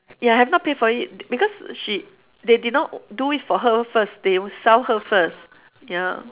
ya have not paid for it because she they did not do it for her first they sell her first ya